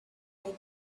make